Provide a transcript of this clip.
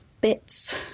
bits